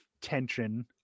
tension